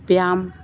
ব্যায়াম